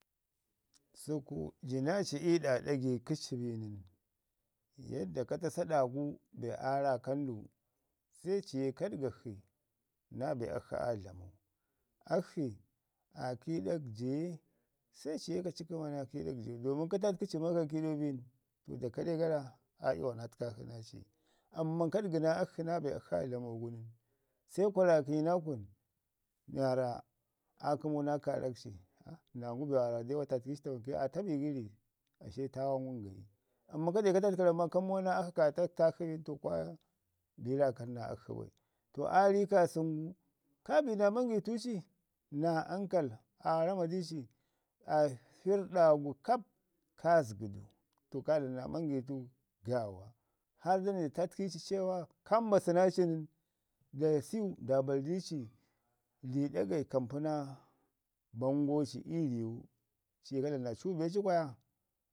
Səku ji ii ɗa ɗagai kəci bin, yaddo ka tasa ɗa gu be aa raakan du, se ci ye ka ɗəgak shi naa be akshi aadlamau. Akshi aa kiiɗak jaye, se ciye kaci kəma nao kiiɗah ja domin ko tatkə ci ma ka kiiɗo bini to da kaɗe gara aa yuwa naa təkak shi naa ci amman ka dəgi naa akshi naa bee akshi aa dlamo gu nən, se kwa raakənyi naakun mi waarra aa kəmu naa kaarakci. An nənangu be waarra wa tatki ci tawanke aa tə bi gəri, ashe tawa ngum gayi. Amma ka de tatku ka beramu ma ta muma na akshi ka tak ta shi bin to kwa dəmu raakan naa akshi bai. To aa ri kaasən gu, laa ri naa manguwunci ci naa ankal aa rama dici ashirr ɗa gu kap ka zəgə du, ka dlama naa mangaucin gaawa harr da nai da tatki ci cewa ka mbasu naa ci nən du siwu nda bwai di ci ri ɗagai ka mpi naa bango ci ii riwu. Ciye kadlamu naa cuu be ci kwaya,